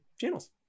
channels